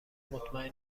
مطمئن